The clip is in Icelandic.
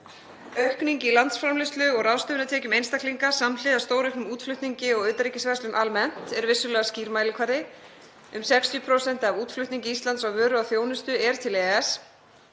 Aukning í landsframleiðslu og ráðstöfunartekjum einstaklinga samhliða stórauknum útflutningi og utanríkisverslun almennt er vissulega skýr mælikvarði. Um 60% af útflutningi Íslands á vöru og þjónustu er til EES,